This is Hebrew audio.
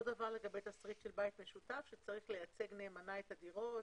אותו דבר לגבי תשריט של בית משותף שצריך לייצג נאמנה את הדירות.